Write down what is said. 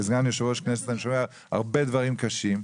כסגן יושב ראש הכנסת אני שומע הרבה דברים קשים,